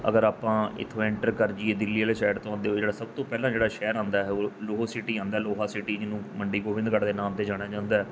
ਅਗਰ ਆਪਾਂ ਇੱਥੋਂ ਐਂਟਰ ਕਰਜੀਏ ਦਿੱਲੀ ਵਾਲੇ ਸਾਈਡ ਤੋਂ ਆਉਂਦੇ ਹੋਏ ਜਿਹੜਾ ਸਭ ਤੋਂ ਪਹਿਲਾਂ ਜਿਹੜਾ ਸ਼ਹਿਰ ਆਉਂਦਾ ਉਹ ਲੋਹ ਸਿਟੀ ਆਉਂਦਾ ਲੋਹਾ ਸਿਟੀ ਜਿਹਨੂੰ ਮੰਡੀ ਗੋਬਿੰਦਗੜ੍ਹ ਦੇ ਨਾਮ 'ਤੇ ਜਾਣਿਆ ਜਾਂਦਾ